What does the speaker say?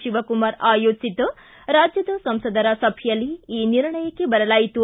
ಶಿವಕುಮಾರ್ ಆಯೋಜಿಸಿದ್ದ ರಾಜ್ಯದ ಸಂಸದರ ಸಭೆಯಲ್ಲಿ ಈ ನಿರ್ಣಯಕ್ಕೆ ಬರಲಾಯಿತು